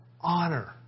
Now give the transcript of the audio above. honor